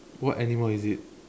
what animal is it